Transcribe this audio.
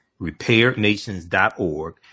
RepairNations.org